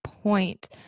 point